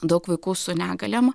daug vaikų su negalėm